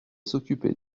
s’occuper